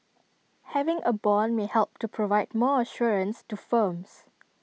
having A Bond may help to provide more assurance to firms